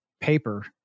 paper